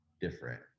different